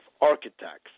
architects